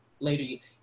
Later